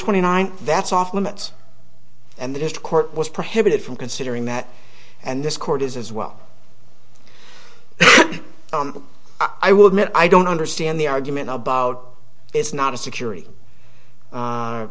twenty nine that's off limits and that is the court was prohibited from considering that and this court is as well i will admit i don't understand the argument about it's not a security